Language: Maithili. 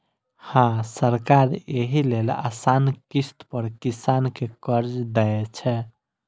हां, सरकार एहि लेल आसान किस्त पर किसान कें कर्ज दै छै